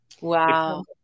Wow